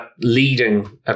leading